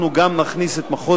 שבשנה הבאה אנחנו גם נכניס את מחוז